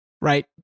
right